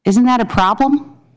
isn't that a problem